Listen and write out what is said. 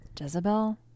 Jezebel